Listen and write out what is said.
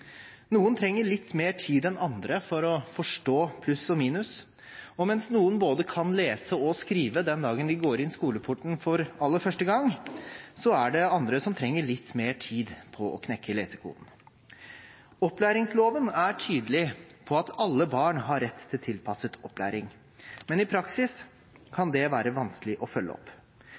Noen trenger litt mer tid enn andre for å forstå pluss og minus, og mens noen kan både lese og skrive den dagen de går inn skoleporten for aller første gang, er det andre som trenger litt mer tid på å knekke lesekoden. Opplæringsloven er tydelig på at alle barn har rett til tilpasset opplæring, men i praksis kan det være vanskelig å følge opp.